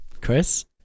Chris